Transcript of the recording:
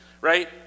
right